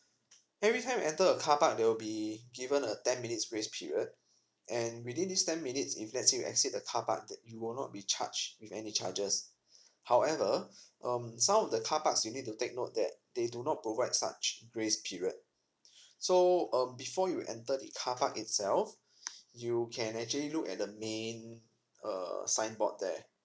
every time you enter a carpark there will be given a ten minutes grace period and within this ten minutes if let's say you exit the carpark that you will not be charged with any charges however um some of the carparks you need to take note that they do not provide such grace period so um before you enter the carpark itself you can actually look at the main uh signboard there